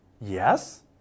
yes